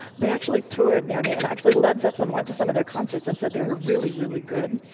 they actually toured near me. and actually, led zeppelin went to some of their concerts and said they were really, really good.